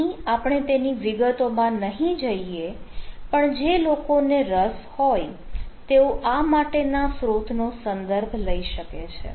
અહીં આપણે તેની વિગતો માં નહીં જઈએ પણ જે લોકોને રસ હોય તેઓ આ માટેના સ્રોતનો સંદર્ભ લઈ શકે છે